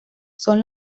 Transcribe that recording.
son